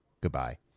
Goodbye